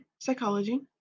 psychology